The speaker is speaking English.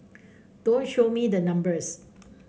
don't show me the numbers